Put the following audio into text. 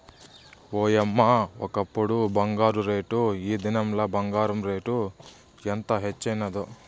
ఓయమ్మ, ఒకప్పుడు బంగారు రేటు, ఈ దినంల బంగారు రేటు ఎంత హెచ్చైనాది